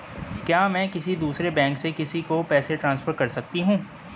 क्या मैं किसी दूसरे बैंक से किसी को पैसे ट्रांसफर कर सकती हूँ?